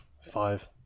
five